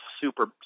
super